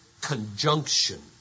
conjunction